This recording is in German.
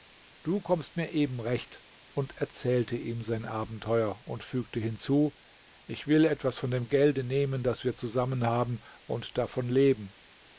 du kommst mir eben recht und erzählte ihm sein abenteuer und fügte hinzu ich will etwas von dem gelde nehmen das wir zusammen haben und davon leben